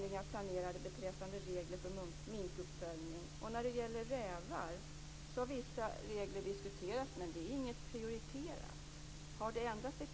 I det citat jag använde tidigare sade hon att sunt förnuft borde råda.